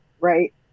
right